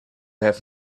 have